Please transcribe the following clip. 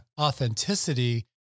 authenticity